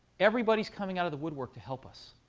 everybody's coming out of the woodwork to help us.